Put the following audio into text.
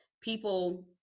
people